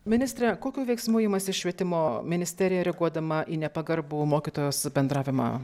ministre kokių veiksmų imasi švietimo ministerija reaguodama į nepagarbų mokytojos bendravimą